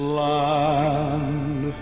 land